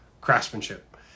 craftsmanship